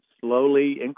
slowly